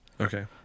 Okay